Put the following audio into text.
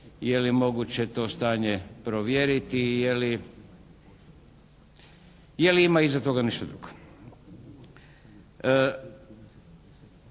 je li moguće to stanje provjeriti, je li ima iza toga nešto drugo?